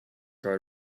card